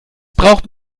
braucht